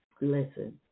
Listen